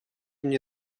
мне